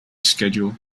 schedule